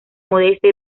modesta